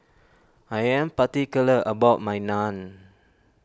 I am particular about my Naan